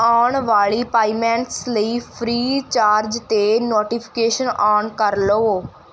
ਆਉਣ ਵਾਲੀ ਪਾਈਮੈਂਟਸ ਲਈ ਫ੍ਰੀ ਚਾਰਜ 'ਤੇ ਨੋਟੀਫਿਕੇਸ਼ਨ ਓਨ ਕਰ ਲਵੋ